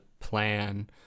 plan